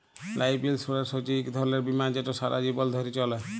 life insurance হছে ইক ধরলের বীমা যেট সারা জীবল ধ্যরে চলে